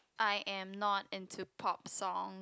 I am not into pop songs